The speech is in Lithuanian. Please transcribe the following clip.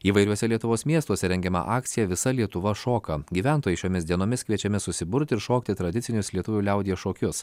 įvairiuose lietuvos miestuose rengiama akcija visa lietuva šoka gyventojai šiomis dienomis kviečiami susiburti ir šokti tradicinius lietuvių liaudies šokius